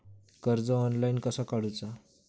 कर्ज ऑनलाइन कसा काडूचा?